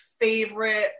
favorite